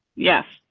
yes.